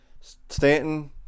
Stanton